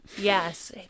yes